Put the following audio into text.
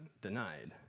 denied